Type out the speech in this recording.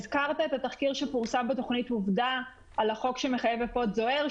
הזכרת את התחקיר שפורסם בתוכנית עובדה על החוק שמחייב אפוד זוהר,